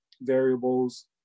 variables